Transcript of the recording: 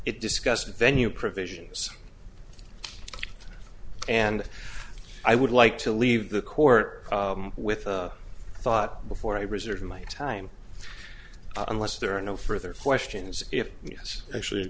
it discussed a venue provisions and i would like to leave the court with a thought before i reserve my time unless there are no further questions if yes actually